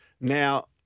Now